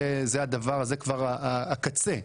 זה כבר הקצה.